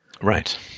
Right